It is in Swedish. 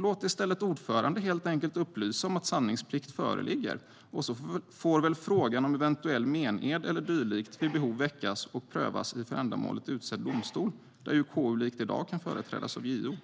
Låt i stället ordföranden helt enkelt upplysa om att sanningsplikt föreligger, och så får väl frågan om eventuell mened eller dylikt vid behov väckas och prövas i för ändamålet utsedd domstol, där ju KU likt i dag kan företrädas av JO.